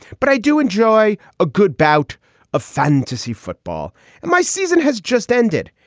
but i do enjoy a good bout of fantasy football and my season has just ended.